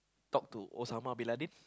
talk to Osama-Bin-Laden